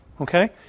okay